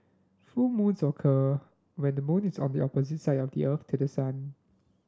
full moons occur when the moon is on the opposite side of the Earth to the sun